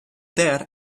there